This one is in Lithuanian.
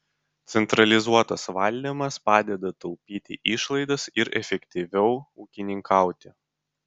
centralizuotas valdymas padeda taupyti išlaidas ir efektyviau ūkininkauti